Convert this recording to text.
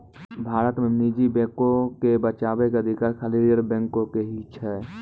भारत मे निजी बैको के बचाबै के अधिकार खाली रिजर्व बैंक के ही छै